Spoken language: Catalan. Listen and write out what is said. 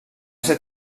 ser